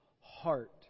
heart